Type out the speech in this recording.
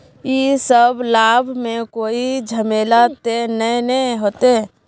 इ सब लाभ में कोई झमेला ते नय ने होते?